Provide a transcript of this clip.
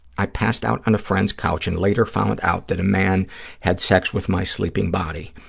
i passed out on a friend's couch and later found out that a man had sex with my sleeping body.